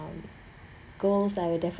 um goals I'll